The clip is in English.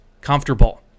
comfortable